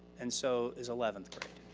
and so is eleventh grade.